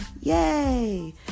Yay